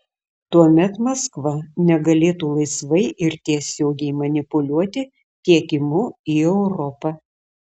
tuomet maskva negalėtų laisvai ir tiesiogiai manipuliuoti tiekimu į europą